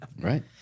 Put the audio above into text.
Right